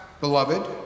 beloved